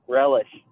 relish